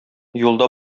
юлда